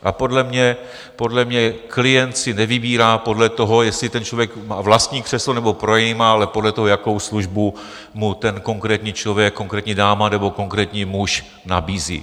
A podle mě, podle mě klient si nevybírá podle toho, jestli ten člověk vlastní křeslo nebo pronajímá, ale podle toho, jakou službu mu ten konkrétní člověk, konkrétní dáma nebo konkrétní muž nabízí.